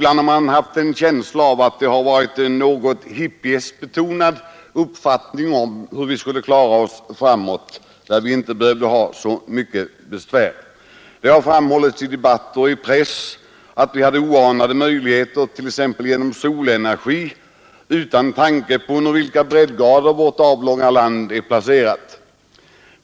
Man har kunnat få en känsla av att det har rått en något hippiebetonad uppfattning om hur vi skulle klara oss framöver utan att behöva ha så mycket besvär. Det har framhållits i debatter och i press att vi hade oanade möjligheter genom t.ex. solenergi — utan tanke på under vilka breddgrader vårt avlånga land är placerat.